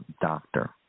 doctor